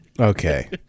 Okay